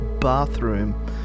bathroom